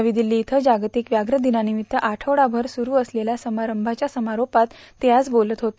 नवी दिल्ली इथं जागतिक व्याघ्र दिनानिमित्त आठवडाभर सुरू असलेल्या समारंभाव्या समारोपात ते आज बोलत होते